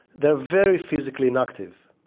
they are very physically inactive.